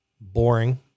boring